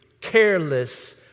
careless